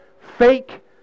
fake